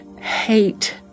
hate